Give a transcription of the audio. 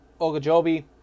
Ogajobi